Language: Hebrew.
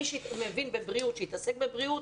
מי שמבין בבריאות שיתעסק בבריאות,